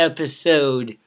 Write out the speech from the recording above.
Episode